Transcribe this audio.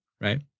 right